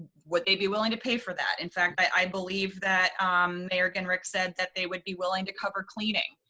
would they be willing to pay for that? in fact, i believe that mayor genrich said that they would be willing to cover cleaning,